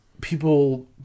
people